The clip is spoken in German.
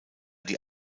die